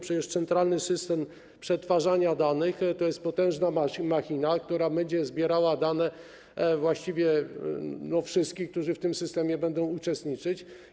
Przecież centralny system przetwarzania danych to jest potężna machina, która będzie zbierała dane właściwie wszystkich, którzy w tym systemie będą uczestniczyć.